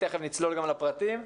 תיכף נצלול גם לפרטים.